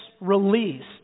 released